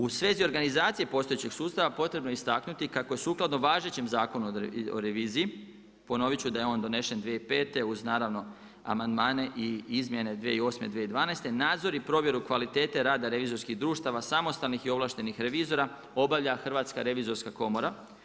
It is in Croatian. U svezi organizacije postojećeg sustava potrebno je istaknuti kako je sukladno važećem Zakonu o reviziji, ponovit ću da je on donesen 2005. uz naravno amandmane i izmjene 2008., 2012. nadzor i provjeru kvalitete rada revizorskih društava samostalnih i ovlaštenih revizora obavlja Hrvatska revizorska komora.